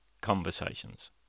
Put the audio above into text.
conversations